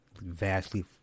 vastly